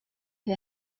who